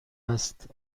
است